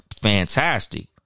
fantastic